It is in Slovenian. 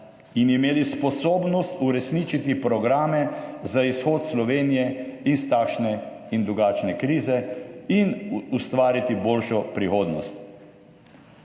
in imeli sposobnost uresničiti programe za izhod Slovenije iz takšne in drugačne krize in ustvariti boljšo prihodnost.